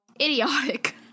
idiotic